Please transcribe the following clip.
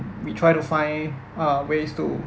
we try to find uh ways to